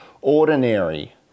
ordinary